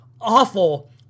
awful